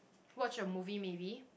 watch a movie maybe